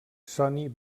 sony